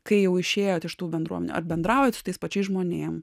kai jau išėjot iš tų bendruomenių ar bendraujat su tais pačiais žmonėm